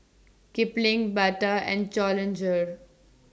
Kipling Bata and Challenger